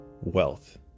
Wealth